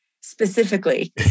specifically